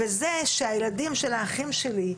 וזה שהילדים של האחים שלי,